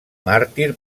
màrtir